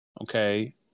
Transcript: okay